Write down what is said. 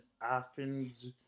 Athens